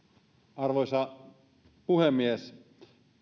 arvoisa puhemies